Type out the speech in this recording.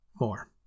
More